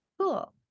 Cool